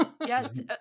yes